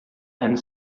and